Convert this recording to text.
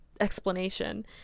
explanation